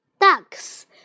ducks